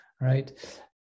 right